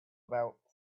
about